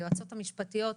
היועצות המשפטיות.